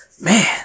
Man